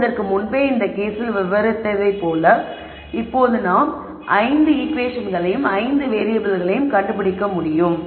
நான் இதற்கு முன்பு இந்த கேஸில் விவரித்ததைப் போலவே இப்போது நாம் 5 ஈகுவேஷன்களையும் 5 வேறியபிள்களையும் கண்டுபிடிக்க முடியும்